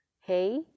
Hey